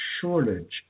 shortage